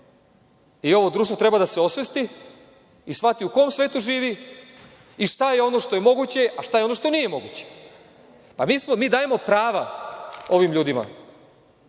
I ovo društvo treba da se osvesti i shvati u kom svetu živi i šta je ono što je moguće, a šta je ono što nije moguće. Mi dajemo prava ovim ljudima